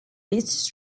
least